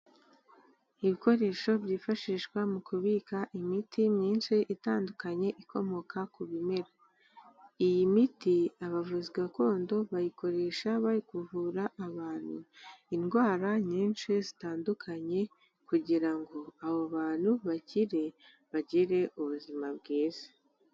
Ibikoresho byifashishwa mu kubika imiti myinshi itandukanye ikomoka ku bimera, iyi miti abavuzi gakondo bayikoresha bari kuvura abantu indwara nyinshi zitandukanye kugira ngo abo bantu bakire bakire ubuzima bwiza.